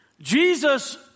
Jesus